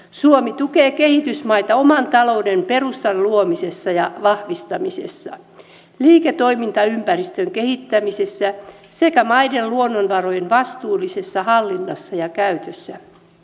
suomi tukee kehitysmaita oman talouden perustan luomisessa ja vahvistamisessa liiketoimintaympäristön kehittämisessä sekä maiden luonnonvarojen vastuullisessa hallinnassa ja käytössä